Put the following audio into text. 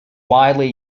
widely